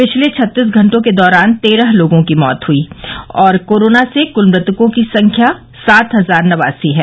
पिछले छत्तीस घंटों के दौरान तेरह लोगों की मौत हई और कोरोना से कल मृतकों की संख्या सात हजार नवासी है